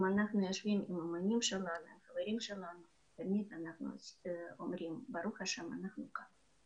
אנחנו יושבים עם האמנים שלנו ותמיד אנחנו אומרים ברוך השם אנחנו כאן.